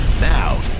Now